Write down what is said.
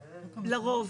לרוב,